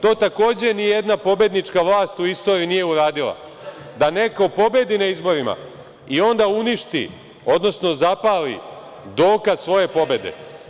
To takođe nijedna pobednička vlast u istoriji nije uradila da neko pobedi na izborima i onda uništi odnosno zapali dokaz svoje pobede.